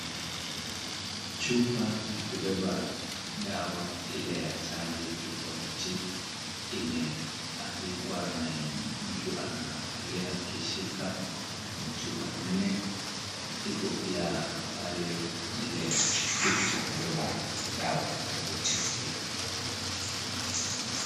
Chupa ya kubeba dawa ile ya chanjo tofauti imeandikwa na mtu anaangalia akishika na ni chupa nne. Iko pia pale kile kitu cha kubeba dawa tofauti pia.